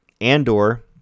Andor